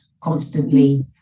constantly